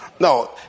No